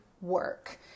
work